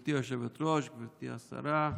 גברתי היושבת-ראש, גברתי השרה,